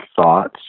thoughts